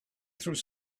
through